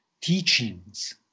teachings